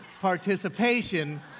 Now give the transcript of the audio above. participation